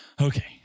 okay